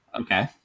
Okay